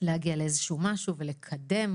להגיע לאיזשהו משהו ולקדם,